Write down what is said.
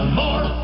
more